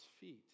feet